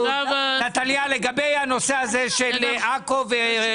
נטליה, לגבי הנושא הזה של עכו וכו'.